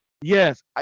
yes